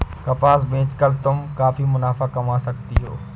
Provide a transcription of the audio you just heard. कपास बेच कर तुम काफी मुनाफा कमा सकती हो